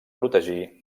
protegir